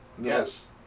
Yes